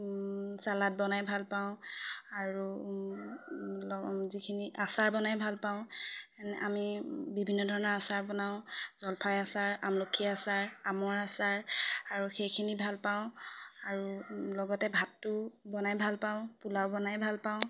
salad বনাই ভাল পাওঁ আৰু যিখিনি আচাৰ বনাই ভাল পাওঁ আমি বিভিন্ন ধৰণৰ আচাৰ বনাওঁ জলফাই আচাৰ আমলখি আচাৰ আমৰ আচাৰ আৰু সেইখিনি ভাল পাওঁ আৰু লগতে ভাতটো বনাই ভাল পাওঁ পোলাও বনাই ভাল পাওঁ